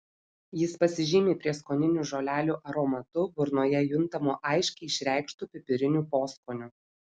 jis pasižymi prieskoninių žolelių aromatu burnoje juntamu aiškiai išreikštu pipiriniu poskoniu